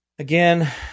Again